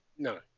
No